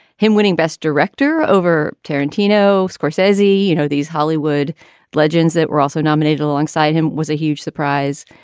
him winning best director over tarantino score says he. you know, these hollywood legends that were also nominated alongside him was a huge surprise.